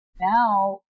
now